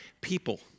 People